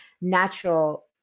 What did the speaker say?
natural